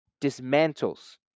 dismantles